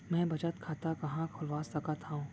मै बचत खाता कहाँ खोलवा सकत हव?